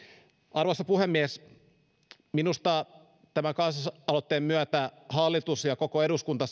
arvoisa puhemies minusta tämän kansalaisaloitteen myötä hallitus ja koko eduskunta